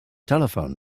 telephone